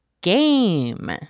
game